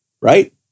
right